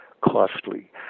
costly